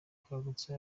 bwagutse